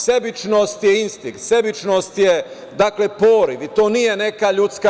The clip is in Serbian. Sebičnosti je instinkt, sebičnost je poriv i to nije neka ljudska